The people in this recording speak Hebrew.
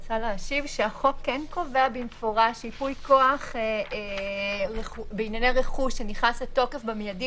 החוק כן קובע במפורש ייפויי כוח בענייני רכוש שנכנס לתוקף במיידי,